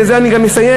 בזה אני גם אסיים,